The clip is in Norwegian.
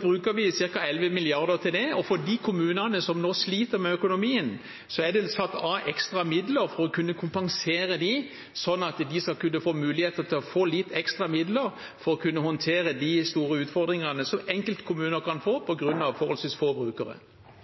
bruker vi ca. 11 mrd. kr til det, og for de kommunene som nå sliter med økonomien, er det satt av ekstra midler for å kunne kompensere dem, sånn at de skal kunne få muligheter til å få litt ekstra midler for å kunne håndtere de store utfordringene som enkeltkommuner kan få